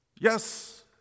yes